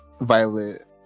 Violet